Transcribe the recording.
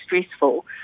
stressful